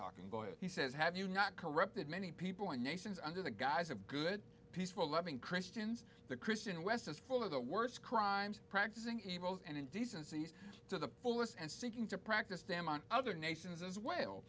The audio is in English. talking boy he says have you not corrupted many people and nations under the guise of good peaceful loving christians the christian west is full of the worst crimes practicing evils and indecencies to the fullest and seeking to practice them on other nations as well